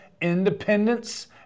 Independence